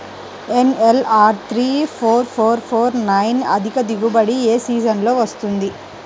NLR three four four four nine అధిక దిగుబడి ఏ సీజన్లలో వస్తుంది?